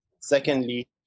Secondly